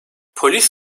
polis